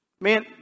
man